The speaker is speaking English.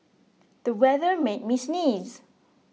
the weather made me sneeze